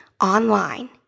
online